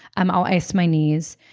um i'll ice my knees.